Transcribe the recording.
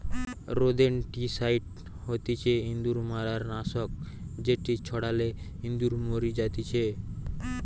rodenticide হতিছে ইঁদুর মারার নাশক যেটি ছড়ালে ইঁদুর মরি জাতিচে